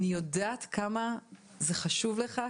אני יודעת כמה זה חשוב לך,